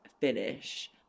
finish